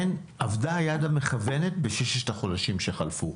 אבדה היד המכוונת בששת החודשים שחלפו.